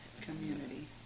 community